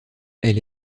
elle